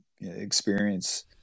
experience